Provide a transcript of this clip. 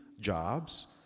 jobs